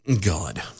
God